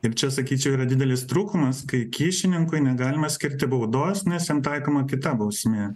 ir čia sakyčiau yra didelis trūkumas kai kyšininkui negalima skirti baudos nes jam taikoma kita bausmė